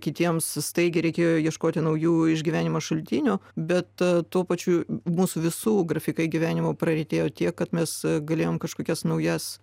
kitiems staigiai reikėjo ieškoti naujų išgyvenimo šaltinių bet tuo pačiu mūsų visų grafikai gyvenimo praretėjo tiek kad mes galėjom kažkokias naujas